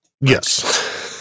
Yes